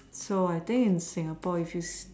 so I think in Singapore is this